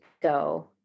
go